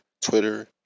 Twitter